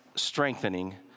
strengthening